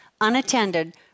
unattended